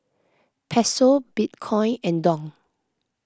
Peso Bitcoin and Dong